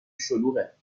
شلوغه